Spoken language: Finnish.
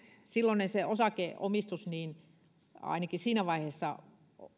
silloinen osakeomistus ainakin siinä vaiheessa